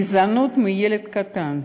גזענות מילד קטן,